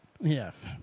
Yes